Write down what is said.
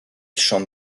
chante